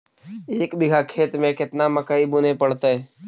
एक बिघा खेत में केतना मकई बुने पड़तै?